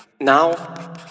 Now